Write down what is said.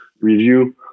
review